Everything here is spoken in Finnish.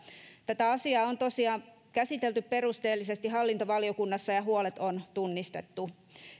tätä asiaa on tosiaan käsitelty perusteellisesti hallintovaliokunnassa ja huolet on tunnistettu